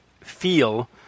feel